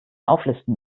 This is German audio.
auflisten